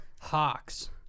Hawks